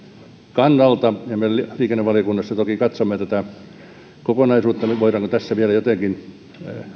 kannalta me liikennevaliokunnassa toki katsomme tätä kokonaisuutta voidaanko tässä vielä jotenkin